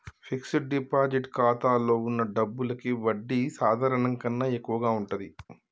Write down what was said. fixed deposit ఖాతాలో వున్న డబ్బులకి వడ్డీ సాధారణం కన్నా ఎక్కువగా ఉంటది